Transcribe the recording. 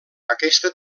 aquesta